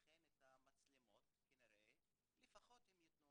לכן, המצלמות יתנו